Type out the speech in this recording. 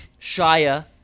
Shia